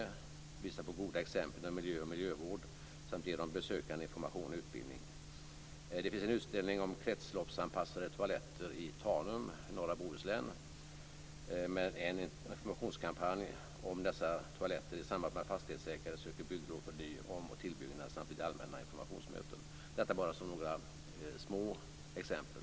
Man visar på goda exempel inom miljö och miljövård samt ger de besökande information och utbildning. Det finns en utställning i Tanum i norra Bohuslän om kretsloppsanpassade toaletter, och man driver en informationskampanj om dessa toaletter i samband med att fastighetsägare söker bygglov för ny-, omoch tillbyggnad samt vid allmänna informationsmöten. - Detta är bara några små exempel.